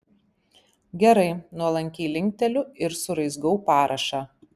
gerai nuolankiai linkteliu ir suraizgau parašą